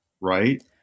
right